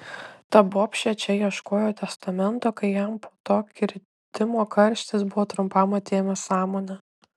ta bobšė čia ieškojo testamento kai jam po to kritimo karštis buvo trumpam atėmęs sąmonę